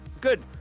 good